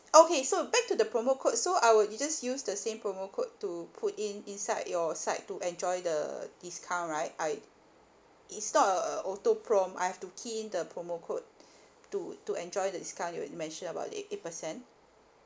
okay so back to the promo code so I will just use the same promo code to put in inside your site to enjoy the discount right I it's not a auto prompt I've to key in the promo code to to enjoy the discount you mentioned about ei~ eight percent